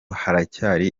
haracyari